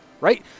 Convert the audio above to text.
Right